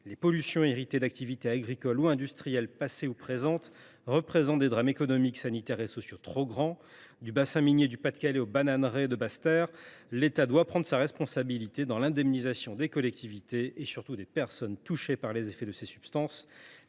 les pollutions héritées d’activités agricoles ou industrielles passées ou présentes représentent des drames économiques, sanitaires et sociaux trop grands. Du bassin minier du Pas de Calais aux bananeraies de Basse Terre, l’État doit prendre sa responsabilité dans l’indemnisation des collectivités et, surtout, des personnes touchées par les effets de ces substances.